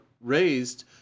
raised